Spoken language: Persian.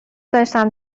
داشتم